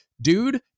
dude